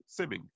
simming